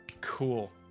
Cool